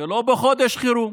לא בחודש חירום